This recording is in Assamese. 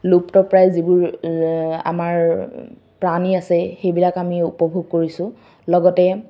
লুপ্ত প্ৰায় যিবোৰ আমাৰ প্ৰাণী আছে সেইবিলাক আমি উপভোগ কৰিছোঁ লগতে